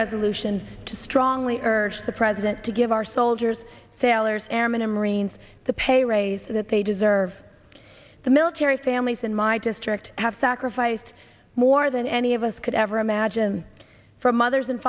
resolution to strongly urge the president to give our soldiers sailors airmen and marines the pay raise that they deserve the military families in my district have sacrificed more than any of us could ever imagine for mothers and